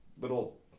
little